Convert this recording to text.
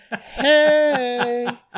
Hey